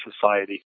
society